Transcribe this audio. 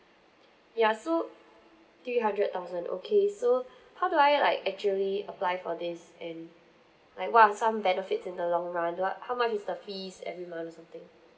ya so three hundred thousand okay so how do I like actually apply for this and like what are some benefits in the long run do I how much is the fees every month or something